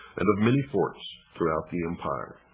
and of many forts throughout the empire.